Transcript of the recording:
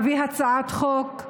נביא הצעת חוק.